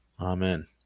amen